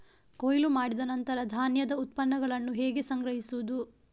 ಕೊಯ್ಲು ಮಾಡಿದ ನಂತರ ಧಾನ್ಯದ ಉತ್ಪನ್ನಗಳನ್ನು ಹೇಗೆ ಸಂಗ್ರಹಿಸುವುದು?